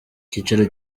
icyicaro